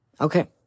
Okay